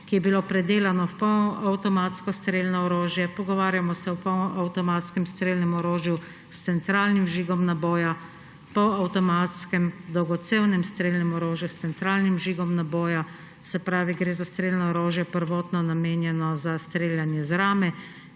ki je bilo predelano v polavtomatsko strelno orožje, pogovarjamo se o polavtomatskem strelnem orožju s centralnim vžigom naboja, polavtomatskem dolgocevnem strelnem orožju, s centralnim žigom naboja, se pravi, da gre za strelno orožje, prvotno namenjeno za streljanje z rame,